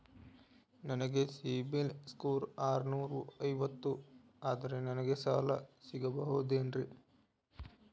ನನ್ನ ಸಿಬಿಲ್ ಸ್ಕೋರ್ ಆರನೂರ ಐವತ್ತು ಅದರೇ ನನಗೆ ಸಾಲ ಸಿಗಬಹುದೇನ್ರಿ?